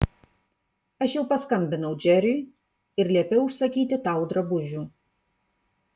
aš jau paskambinau džeriui ir liepiau užsakyti tau drabužių